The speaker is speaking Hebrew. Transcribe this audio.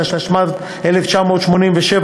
התשמ"ז 1987,